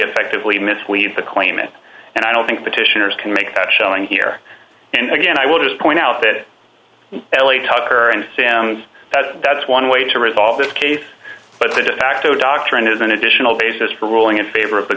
effectively mislead the claimant and i don't think petitioners can make that showing here and again i will just point out that ellie tucker and sans that that is one way to resolve this case but the defacto doctrine is an additional basis for ruling in favor of the